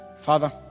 Father